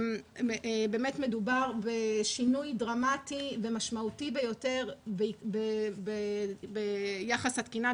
מדובר בשינוי דרמטי ומשמעותי ביותר ביחס התקינה,